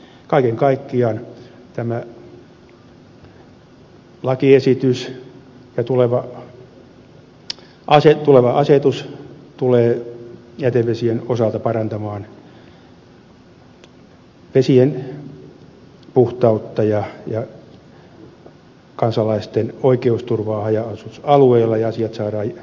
kaiken kaikkiaan tämä lakiesitys ja tuleva asetus tulee jätevesien osalta parantamaan vesien puhtautta ja kansalaisten oikeusturvaa haja asutusalueilla ja asiat saadaan järkevästi hoidettua